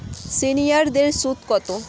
সিনিয়ারদের সুদ কত?